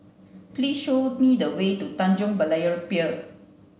please show me the way to Tanjong Berlayer Pier